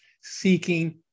seeking